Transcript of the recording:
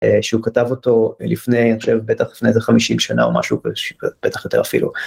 שהוא כתב אותו לפני, אני חושב, בטח לפני איזה 50 שנה או משהו, בטח יותר אפילו.